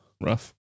Rough